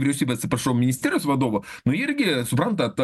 vyriausybė atsiprašau ministerijos vadovo nu irgi suprantat